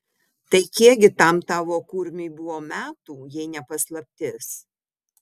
tai kiek gi tam tavo kurmiui buvo metų jei ne paslaptis